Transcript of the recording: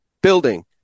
building